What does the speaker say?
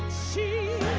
c.